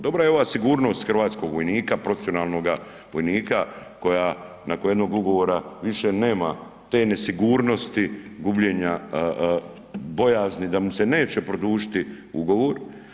Dobra je ova sigurnost hrvatskog vojnika, profesionalnoga vojnika koja nakon jednog ugovora više nema te nesigurnosti, gubljenja bojazni da mu se neće produžiti ugovor.